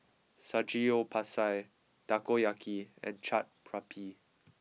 Samgeyopsal Takoyaki and Chaat Papri